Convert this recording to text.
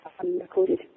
unrecorded